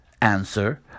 answer